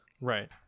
right